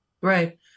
right